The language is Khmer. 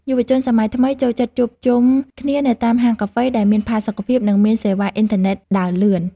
យុវជនសម័យថ្មីចូលចិត្តជួបជុំគ្នានៅតាមហាងកាហ្វេដែលមានផាសុកភាព និងមានសេវាអ៊ីនធឺណិតដើរលឿន។